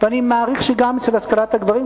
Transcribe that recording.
ואני מעריך שגם בהשכלת הגברים,